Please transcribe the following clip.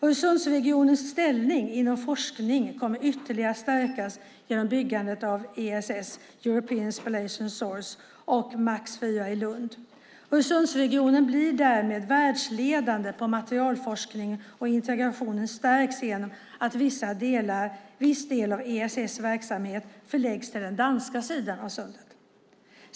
Öresundsregionens ställning inom forskningen kommer ytterligare att stärkas genom byggandet av ESS, European Spallation Source, och Max IV i Lund. Öresundsregionen blir därmed världsledande på materialforskning, och integrationen stärks genom att viss del av ESS verksamhet förläggs till den danska sidan av sundet.